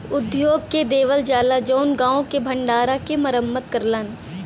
उद्योग के देवल जाला जउन गांव के भण्डारा के मरम्मत करलन